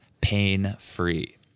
pain-free